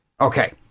Okay